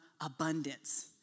abundance